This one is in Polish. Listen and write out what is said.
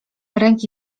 ręki